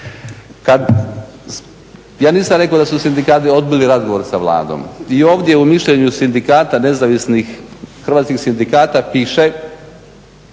Ja nisam rekao da su sindikati odbili razgovor sa Vladom i ovdje u mišljenju sindikata nezavisnih hrvatskih sindikata piše